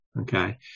Okay